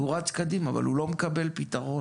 הוא רץ קדימה אבל הוא לא מקבל פתרון.